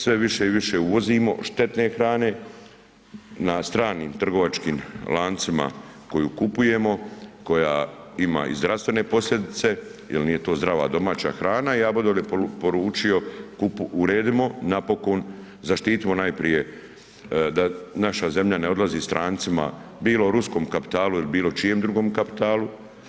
Sve više i više uvozimo štetne hrane na stranim trgovačkim lancima koju kupujemo, koja ima i zdravstvene posljedice jel nije to zdrava domaća hrana i ja bih odavde poručio uredimo napokon, zaštitimo najprije da naša zemlja ne odlazi strancima, bilo ruskom kapitalu il bilo čijem drugom kapitalu.